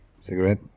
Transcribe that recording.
Cigarette